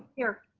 here.